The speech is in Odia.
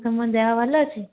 ତୁମ ଦେହ ଭଲ ଅଛି